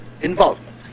involvement